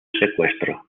secuestro